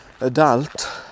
adult